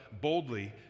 boldly